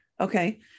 Okay